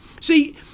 see